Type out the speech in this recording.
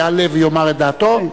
יעלה ויאמר את דעתו,